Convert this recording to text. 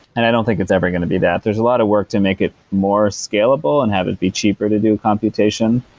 and i don't think it's ever going to be that. there's a lot of work to make it more scalable and have it be cheaper to do a computation.